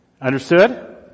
understood